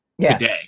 today